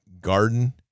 garden